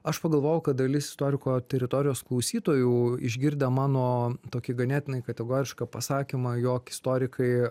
aš pagalvojau kad dalis istoriko teritorijos klausytojų išgirdę mano tokį ganėtinai kategorišką pasakymą jog istorikai